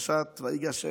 פרשת ויגש.